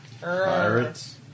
Pirates